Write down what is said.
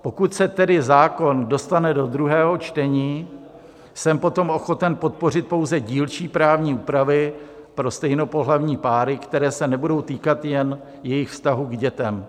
Pokud se tedy zákon dostane do druhého čtení, jsem potom ochoten podpořit pouze dílčí právní úpravy pro stejnopohlavní páry, které se nebudou týkat jen jejich vztahu k dětem.